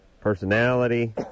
personality